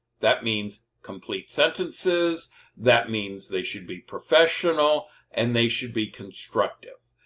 that means complete sentences that means they should be professional and they should be constructive.